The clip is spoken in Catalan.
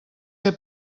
que